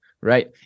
Right